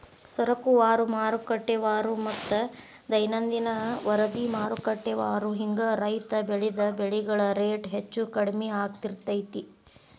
ಸರಕುವಾರು, ಮಾರುಕಟ್ಟೆವಾರುಮತ್ತ ದೈನಂದಿನ ವರದಿಮಾರುಕಟ್ಟೆವಾರು ಹಿಂಗ ರೈತ ಬೆಳಿದ ಬೆಳೆಗಳ ರೇಟ್ ಹೆಚ್ಚು ಕಡಿಮಿ ಆಗ್ತಿರ್ತೇತಿ